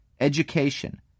education